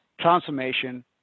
transformation